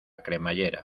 cremallera